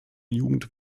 jugend